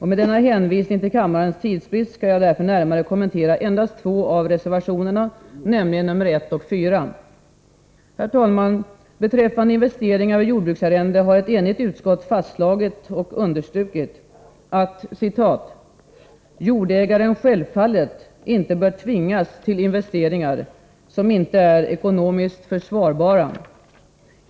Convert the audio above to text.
Med hänvisning till kammarens tidsbrist skall jag därför närmare kommentera endast två av reservationerna, nämligen nr 1 och nr 4. Herr talman! Beträffande investeringar vid jordbruksarrende har ett enigt utskott fastslagit och understrukit att ”jordägaren självfallet inte bör tvingas till investeringar som inte är ekonomiskt försvarbara.